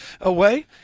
away